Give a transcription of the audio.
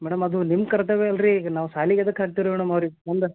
madam ಅದು ನಿಮ್ಮ ಕರ್ತವ್ಯ ಅಲ್ರಿ ಈಗ ನಾವು ಶಾಲಿಗ್ ಯಾದಕ್ ಹಾಕ್ತೀವಿ ರೀ ಮೇಡಮ್ ಅವ್ರಿಗೆ ಮುಂದೆ